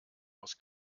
aus